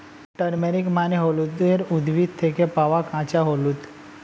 turmeric মানে হলুদের উদ্ভিদ থেকে পাওয়া কাঁচা হলুদ